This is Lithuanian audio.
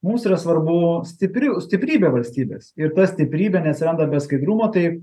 mums yra svarbu stipri stiprybė valstybės ir ta stiprybė neatsiranda be skaidrumo tai